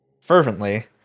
fervently